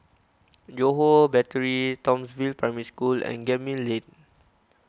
Johore Battery Townsville Primary School and Gemmill Lane